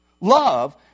Love